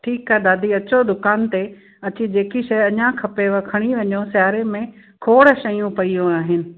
ठीकु आहे दादी अचो दुकान ते अची जे की शइ अञा खपेव खणी वञो सियारे में खोड़ शयूं पयूं आहिनि